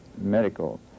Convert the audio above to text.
medical